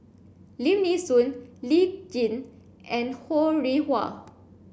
Lim Mee Soon Lee Tjin and Ho Rih Hwa